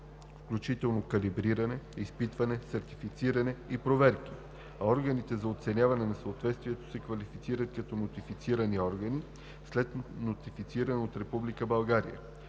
включително калибриране, изпитване, сертифициране и проверки; органите за оценяване на съответствието се класифицират като „нотифицирани органи“ след нотифициране от